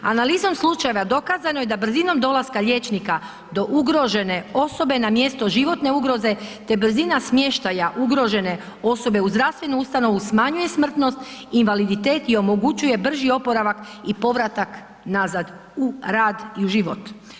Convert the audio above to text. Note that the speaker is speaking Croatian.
Analizom slučajeva dokazano je da brzinom dolaska liječnika do ugrožene osobe na mjesto životne ugroze te brzina smještaja ugrožene osobe u zdravstvenu ustanovu smanjuje smrtnost, invaliditet i omogućuje brži oporavak i povratak nazad u rad i život.